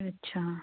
अच्छा